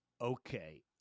Okay